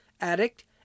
Addict